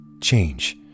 change